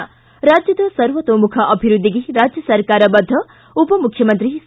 ಿ ರಾಜ್ಯದ ಸರ್ವತೋಮುಖ ಅಭಿವೃದ್ಧಿಗೆ ರಾಜ್ಯ ಸರಕಾರ ಬದ್ದ ಉಪಮುಖ್ಯಮಂತ್ರಿ ಸಿ